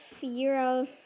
euro